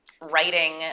writing